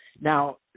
Now